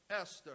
Esther